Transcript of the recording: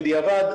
בדיעבד,